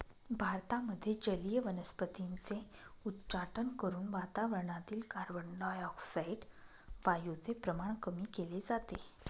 भारतामध्ये जलीय वनस्पतींचे उच्चाटन करून वातावरणातील कार्बनडाय ऑक्साईड वायूचे प्रमाण कमी केले जाते